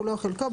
כולו או חלקו,